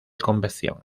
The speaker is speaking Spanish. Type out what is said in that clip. convección